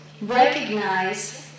recognize